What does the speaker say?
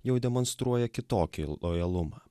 jau demonstruoja kitokį lojalumą